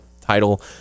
title